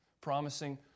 promising